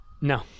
No